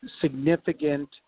significant